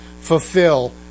fulfill